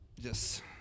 Yes